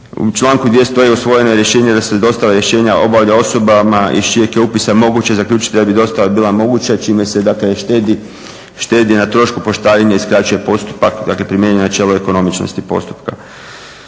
U članku 200.e usvojeno je rješenje da se dostava rješenja obavlja osobama iz čijeg je upisa moguće zaključiti da bi dostava bila moguće i čime se dakle štedi na trošku poštarine i skraćuje postupak, dakle primjenjuje načelo ekonomičnosti postupka.